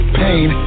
pain